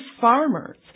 farmers